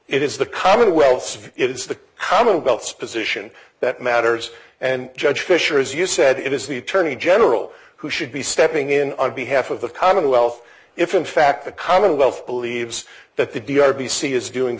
it is the commonwealth's it is the how many votes position that matters and judge fisher as you said it is the attorney general who should be stepping in on behalf of the commonwealth if in fact the commonwealth believes that the d r b c is doing